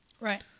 Right